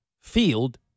field